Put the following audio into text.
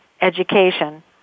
education